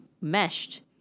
meshed